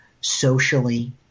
socially